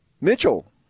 Mitchell